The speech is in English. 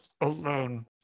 alone